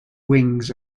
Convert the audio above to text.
wings